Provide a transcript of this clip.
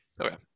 Okay